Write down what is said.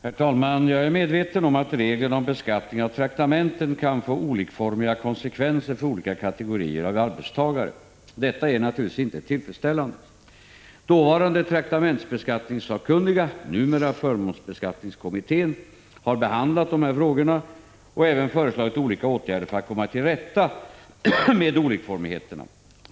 Herr talman! Jag är medveten om att reglerna om beskattning av traktamenten kan få olikformiga konsekvenser för olika kategorier av arbetstagare. Detta är naturligtvis inte tillfredsställande. Dåvarande traktamentsbeskattningssakkunniga — numera förmånsbeskattningskommittén — har behandlat dessa frågor och även föreslagit olika åtgärder för att komma till rätta med olikformigheterna.